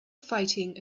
fighting